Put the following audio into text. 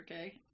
Okay